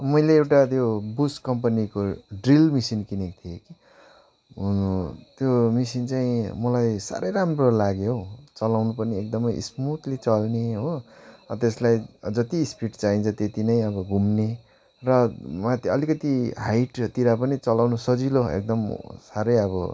मैले एउटा त्यो बुस्क कम्पनीको ड्रिल मसिन किनेको थिएँ कि त्यो मसिन चाहिँ मलाई साह्रै राम्रो लाग्यो हौ चलाउनु पनि एकदमै स्मुथली चल्ने हो त्यसलाई जत्ति स्पिड चाहिन्छ त्यति नै अब घुम्ने र म त्यो अलिकति हाइटतिर पनि चलाउन सजिलो एकदम साह्रै अब